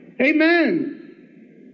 Amen